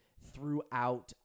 throughout